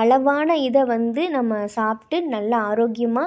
அளவான இதை வந்து நம்ம சாப்பிட்டு நல்ல ஆரோக்கியமாக